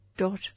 dot